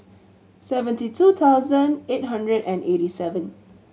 seventy two thousand eight hundred and eighty seven